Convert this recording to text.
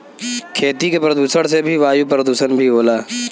खेती के प्रदुषण से वायु परदुसन भी होला